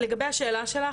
לגבי השאלה שלך,